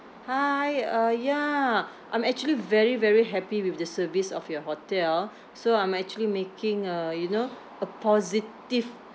hi uh ya I'm actually very very happy with the service of your hotel so I'm actually making a you know a positive